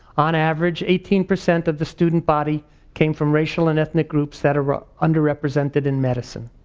on average, eighteen percent of the student body came from racial and ethnic groups that are ah underrepresented in medicine.